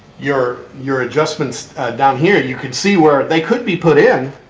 your your adjustments down here. you can see where they could be put in,